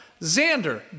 Xander